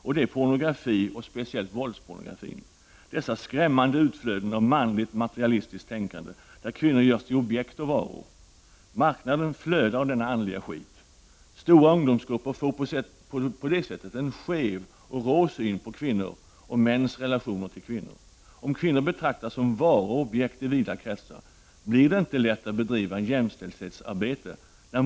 Det är pornografin, speciellt våldspornografin — dessa skrämmande utflöden av manligt materialistiskt tänkande, där kvinnor görs till objekt och varor. Marknaden flödar av denna andliga skit. Stora ungdomsgrupper får på det sättet en skev och rå syn såväl på kvinnor som på mäns relationer till kvinnor. Om kvinnor betraktas som varor och objekt i vida kretsar, blir det inte lätt att bedriva ett jämställdhetsarbete.